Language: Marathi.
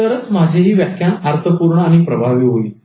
तरच माझेही व्याख्यान अर्थपूर्ण आणि प्रभावी होईल